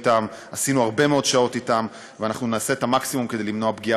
חבר הכנסת רועי פולקמן, בבקשה, אתה יכול לברך.